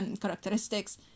characteristics